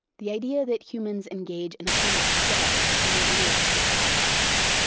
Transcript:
the idea that humans engage in a kind of play when we interact with chatbots.